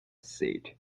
seat